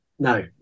No